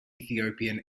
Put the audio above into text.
ethiopian